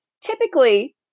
typically